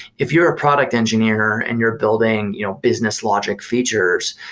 if you're a product engineer and you're building you know business logic features,